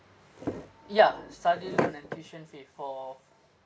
ya study loan and tuition fee for